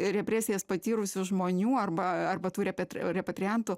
represijas patyrusių žmonių arba arba tų repetre repatriantų